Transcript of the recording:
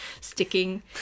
sticking